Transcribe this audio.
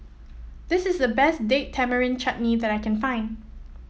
this is the best Date Tamarind Chutney that I can find